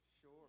Sure